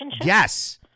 Yes